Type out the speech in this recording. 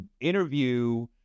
interview